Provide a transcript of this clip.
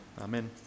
Amen